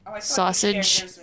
Sausage